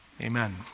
Amen